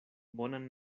bonan